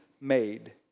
made